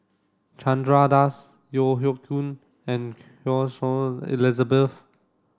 Chandra Das Yeo Hoe Koon and Choy Su Elizabeth